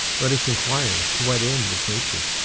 let us inquire, to what end is nature?